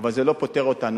אבל זה לא פוטר אותנו.